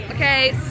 Okay